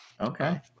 Okay